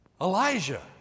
Elijah